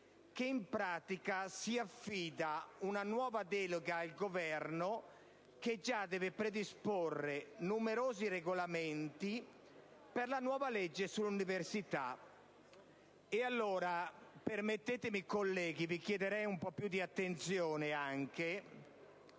che in pratica si affida una nuova delega al Governo, che già deve predisporre numerosi regolamenti per la nuova legge sull'università. Allora permettetemi - colleghi, vi chiederei maggiore attenzione -